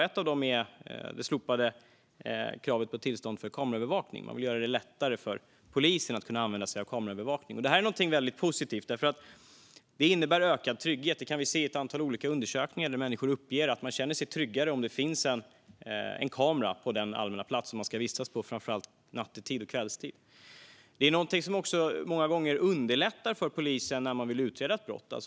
Ett av dem är det slopade kravet på tillstånd för kameraövervakning. Man vill göra det lättare för polisen att använda sig av kameraövervakning. Det är någonting väldigt positivt, för det innebär ökad trygghet. Det kan vi se i ett antal olika undersökningar, där människor uppger att de känner sig tryggare om det finns en kamera på den allmänna plats där man ska vistas, framför allt kvälls och nattetid. Det är också någonting som många gånger underlättar för polisen när de ska utreda brott.